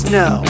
no